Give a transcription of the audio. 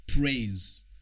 Praise